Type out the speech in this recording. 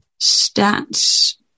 stats